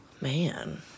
Man